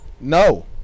No